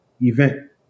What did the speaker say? event